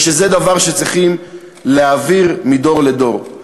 ושזה דבר שצריכים להעביר מדור לדור.